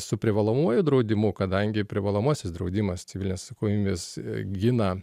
su privalomuoju draudimu kadangi privalomasis draudimas civilinės atsakomybės gina